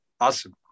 Awesome